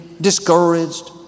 discouraged